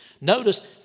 Notice